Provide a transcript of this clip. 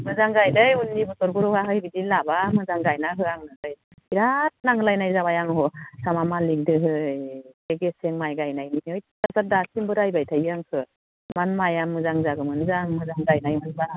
मोजां गायदै उननि बोसोरफोरावहाय बिदि लाब्ला मोजां गायना हो आंनो बाइ बिराद नांलायनाय जाबाय आंबो जाहा मालिकदोहै एसे गेसें माइ गायनायनिहै अयथासार दासिमबो रायबाय थायो आंखो इमान माइआ मोजां जागोमोन जाहा आं मोजां गायनायमोनब्ला